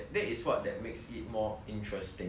and more people will play and